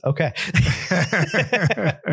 okay